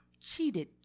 cheated